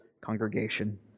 congregation